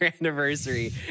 anniversary